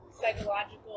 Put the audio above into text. psychological